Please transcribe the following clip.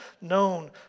known